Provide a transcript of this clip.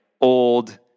old